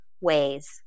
ways